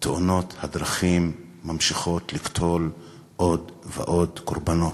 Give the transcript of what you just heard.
תאונות הדרכים ממשיכות לקטול עוד ועוד קורבנות.